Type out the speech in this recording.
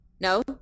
No